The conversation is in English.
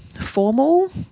formal